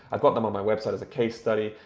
i've got them on my website as a case study.